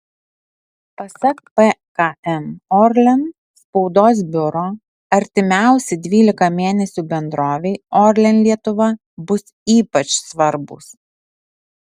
pasak pkn orlen spaudos biuro artimiausi dvylika mėnesių bendrovei orlen lietuva bus ypač svarbūs